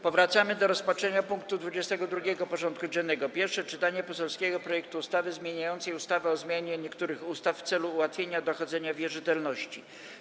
Powracamy do rozpatrzenia punktu 22. porządku dziennego: Pierwsze czytanie poselskiego projektu ustawy zmieniającej ustawę o zmianie niektórych ustaw w celu ułatwienia dochodzenia wierzytelności.